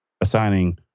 assigning